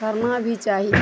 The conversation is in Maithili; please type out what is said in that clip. करना भी चाही